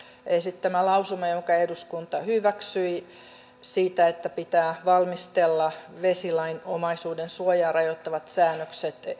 esittämä lausuma jonka eduskunta hyväksyi että pitää valmistella vesilain omaisuudensuojaa rajoittavat säännökset